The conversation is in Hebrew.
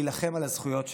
להילחם על הזכויות שלהם.